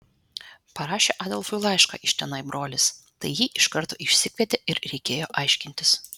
parašė adolfui laišką iš tenai brolis tai jį iš karto išsikvietė ir reikėjo aiškintis